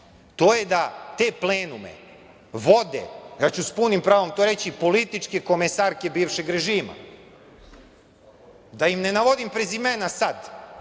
to je da te plenume vode, ja ću s punim pravom to reći, političke komesarke bivšeg režima. Da im ne navodim prezimena sad,